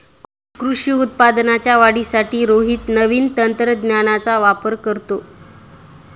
कृषी उत्पादनाच्या वाढीसाठी रोहित नवीन तंत्रज्ञानाचा वापर करतो